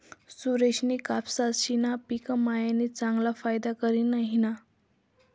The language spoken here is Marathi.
सुरेशनी कपाशीना पिक मायीन चांगला फायदा करी ल्हिना